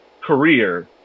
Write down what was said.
career